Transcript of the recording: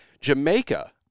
Jamaica